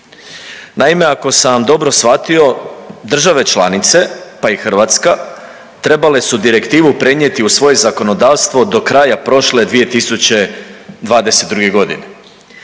Naime, ako sam dobro shvatio, države članice, pa i Hrvatska, trebale su direktivu prenijeti u svoje zakonodavstvo do kraja prošle 2022. g.,